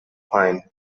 pine